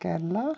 Kerala